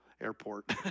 airport